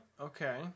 Okay